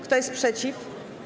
Kto jest przeciw?